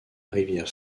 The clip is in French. rivière